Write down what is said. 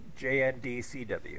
JNDCW